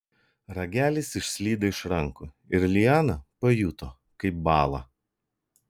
ragelis išslydo iš rankų ir liana pajuto kaip bąla